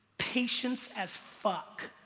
patience as fuck,